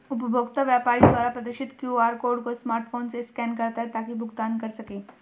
उपभोक्ता व्यापारी द्वारा प्रदर्शित क्यू.आर कोड को स्मार्टफोन से स्कैन करता है ताकि भुगतान कर सकें